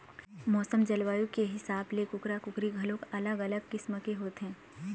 मउसम, जलवायु के हिसाब ले कुकरा, कुकरी घलोक अलग अलग किसम के होथे